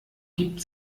gibt